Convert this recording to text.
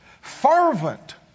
Fervent